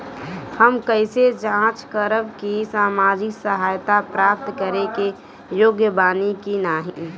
हम कइसे जांच करब कि सामाजिक सहायता प्राप्त करे के योग्य बानी की नाहीं?